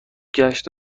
گشت